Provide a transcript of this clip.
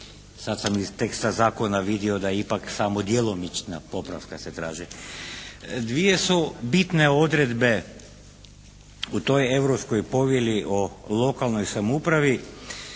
sada sam iz teksta zakona vidio da ipak samo djelomična popravka se traži. Dvije su bitne odredbe u toj Europskoj povelji o lokalnoj samoupravi